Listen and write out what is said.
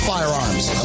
Firearms